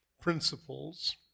principles